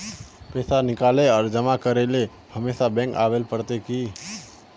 पैसा निकाले आर जमा करेला हमेशा बैंक आबेल पड़ते की?